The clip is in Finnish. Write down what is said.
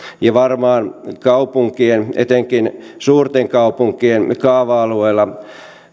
ja varmaan kaupunkien etenkin suurten kaupunkien kaava alueilla